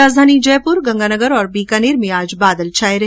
राजधानी जयपुर गंगानगर और बीकानेर में आज बादल छाय रहे